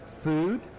food